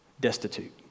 Destitute